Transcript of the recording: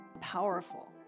powerful